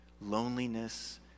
loneliness